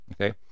okay